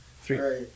Three